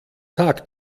tag